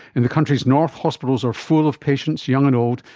in the countries north, hospitals are full of patients, young and old,